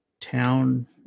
town